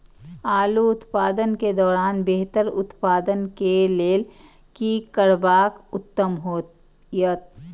आलू उत्पादन के दौरान बेहतर उत्पादन के लेल की करबाक उत्तम होयत?